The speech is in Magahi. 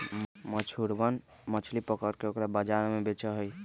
मछुरवन मछली पकड़ के ओकरा बाजार में बेचा हई